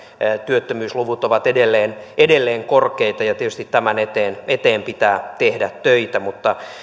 työttömyysluvut ovat edelleen edelleen korkeita tietysti tämän eteen eteen pitää tehdä töitä mutta